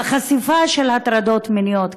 בחשיפה של הטרדות מיניות,